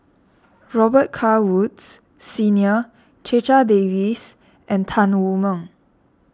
Robet Carr Woods Senior Checha Davies and Tan Wu Meng